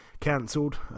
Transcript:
cancelled